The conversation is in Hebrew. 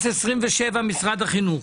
20027, משרד החינוך.